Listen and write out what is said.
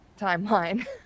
timeline